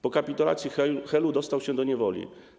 Po kapitulacji Helu dostał się do niewoli.